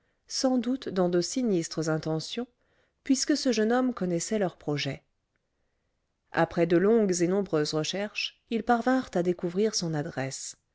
sans doute dans de sinistres intentions puisque ce jeune homme connaissait leurs projets après de longues et nombreuses recherches ils parvinrent à découvrir son adresse